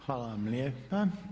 Hvala vam lijepa.